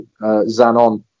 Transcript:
zanon